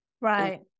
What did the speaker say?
Right